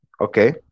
okay